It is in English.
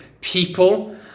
people